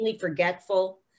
forgetful